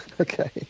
Okay